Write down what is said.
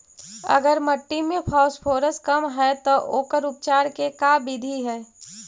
अगर मट्टी में फास्फोरस कम है त ओकर उपचार के का बिधि है?